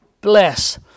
bless